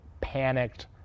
panicked